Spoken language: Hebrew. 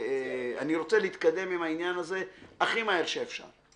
אני רוצה להתקדם עם העניין הזה הכי מהר שאפשר.